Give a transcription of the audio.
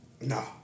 No